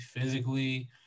physically